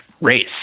race